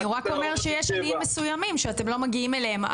הוא רק אומר שיש עניים מסוימים שאתם לא מגיעים אליהם.